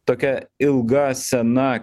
tokia ilga sena